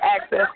access